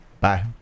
bye